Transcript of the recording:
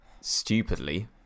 stupidly